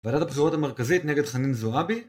ועדת הבחירות המרכזית נגד חנין זועבי